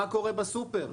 מה קורה בסופר?